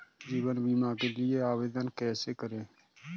जीवन बीमा के लिए आवेदन कैसे करें?